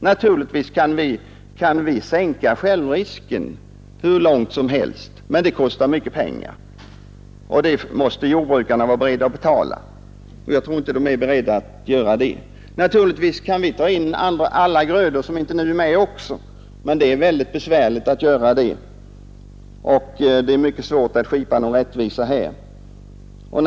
Naturligtvis kan vi sänka självrisken hur långt som helst, men det kostar mycket pengar, som jordbrukarna måste betala, och jag tror inte att de är beredda att göra det. Naturligtvis kan vi också ta in andra grödor som inte är med nu, men det är mycket besvärligt och det är svårt att här få riktiga mått och värderingar.